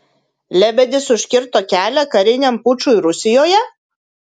lebedis užkirto kelią kariniam pučui rusijoje